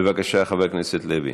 בבקשה, חבר הכנסת לוי.